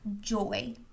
joy